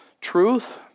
truth